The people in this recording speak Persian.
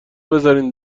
بذارین